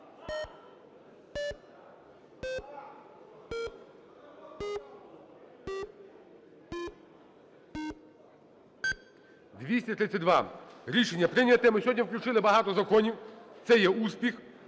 За-232 Рішення прийнято. Ми сьогодні включили багато законів – це є успіх.